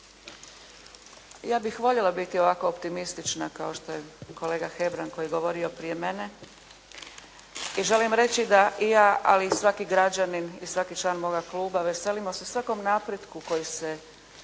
ja bih voljela biti ovako optimistična kao što je kolega Hebrang koji je govorio prije mene. I želim reći da i ja ali i svaki građanin i svaki član moga kluba veselimo se svakom napretku koji se